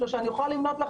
אני יכולה להמשיך למנות,